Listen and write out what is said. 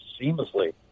seamlessly